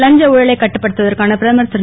லஞ்ச ஊழலை கட்டுப்படுத்துவதற்கான பிரதமர் திரு